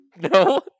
No